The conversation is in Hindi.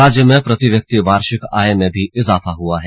राज्य में प्रति व्यक्ति वार्षिक आय में भी इजाफा हुआ है